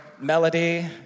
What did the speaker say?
Melody